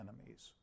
enemies